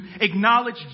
acknowledge